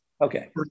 Okay